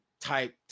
type